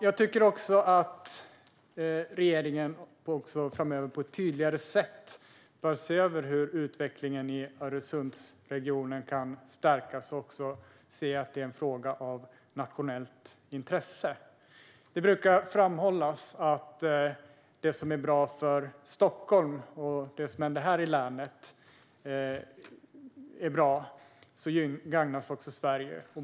Jag tycker också att regeringen framöver på ett tydligare sätt bör se över hur utvecklingen i Öresundsregionen kan stärkas och också se att det är en fråga av nationellt intresse. Det brukar framhållas att det som är bra för Stockholm och här i länet också gagnar Sverige.